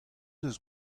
deus